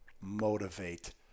motivate